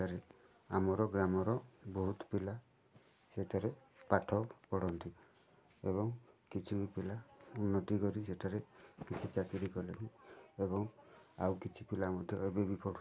ସେଠାରେ ଆମର ଗ୍ରାମର ବହୁତ ପିଲା ସେଠାରେ ପାଠ ପଢ଼ନ୍ତି ଏବଂ କିଛି ବି ପିଲା ଉନ୍ନତି କରି ସେଠାରେ କିଛି ଚାକିରୀ କଲେଣି ଏବଂ ଆଉ କିଛି ପିଲା ମଧ୍ୟ ଏବେ ବି କରୁଛନ୍ତି